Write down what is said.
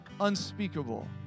unspeakable